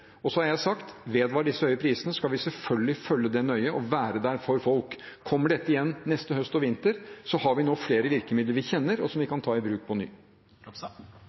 Og så har jeg sagt: Vedvarer disse høye prisene, skal vi selvfølgelig følge det nøye og være der for folk. Kommer dette igjen neste høst og vinter, har vi nå flere virkemidler vi kjenner, og som vi kan ta i bruk på ny.